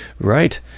Right